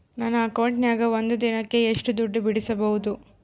ನನ್ನ ಅಕೌಂಟಿನ್ಯಾಗ ಒಂದು ದಿನಕ್ಕ ಎಷ್ಟು ದುಡ್ಡು ಬಿಡಿಸಬಹುದು?